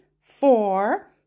four